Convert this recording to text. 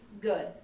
good